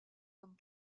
comme